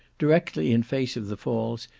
directly in face of the falls,